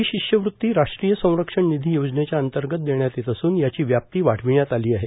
ही शिष्यवृत्ती राष्ट्रीय संरक्षण निधी योजनेच्या अंतर्गत देण्यात येत असून याची व्याप्ती वाढविण्यात आली आहे